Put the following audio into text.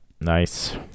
Nice